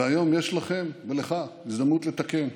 והיום יש לכם, ולך, הזדמנות לתקן.